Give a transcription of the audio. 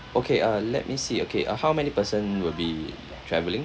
okay uh let me see okay uh how many person will be travelling